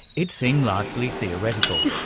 it seemed largely theoretical.